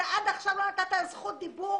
אתה עד עכשיו לא נתת לה זכות דיבור